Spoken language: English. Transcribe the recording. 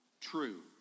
true